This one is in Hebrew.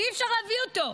כי אי-אפשר להביא אותו.